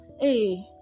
hey